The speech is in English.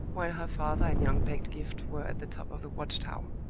while her father and young pedgift were at the top of the watch-tower.